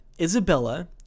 Isabella